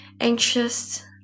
anxious